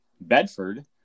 bedford